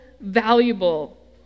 valuable